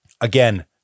again